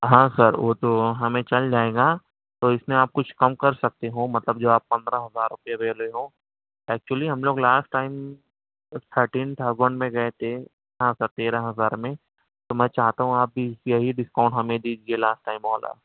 ہاں سر وہ تو ہمیں چل جائے گا تو اس میں آپ کچھ کم کر سکتے ہو مطلب جو آپ پندرہ ہزار روپے لے رہے ہو ایکچلی ہم لوگ لاسٹ ٹائم تھرٹین تھاؤزینڈ میں گئے تھے ہاں سر تیرہ ہزار میں تو میں چاہتا ہوں آپ بھی یہی ڈسکاؤنٹ ہمیں دیجیے لاسٹ ٹائم والا